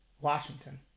Washington